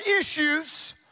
issues